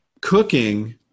cooking